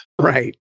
right